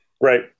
Right